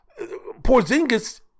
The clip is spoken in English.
Porzingis